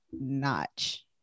notch